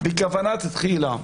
בכוונה תחילה,